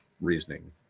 reasoning